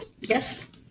Yes